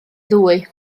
ddwy